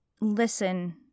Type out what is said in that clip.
listen